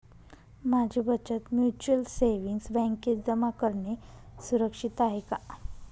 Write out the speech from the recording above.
माझी बचत mutual savings बँकेत जमा करणे सुरक्षित आहे का